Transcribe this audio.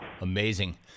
Amazing